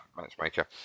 Matchmaker